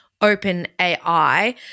OpenAI